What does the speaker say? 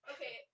Okay